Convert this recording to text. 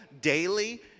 daily